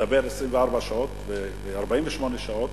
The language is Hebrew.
נדבר כבר 24 שעות ו-48 שעות,